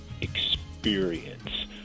experience